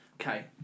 Okay